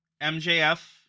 MJF